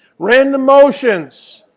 random motions.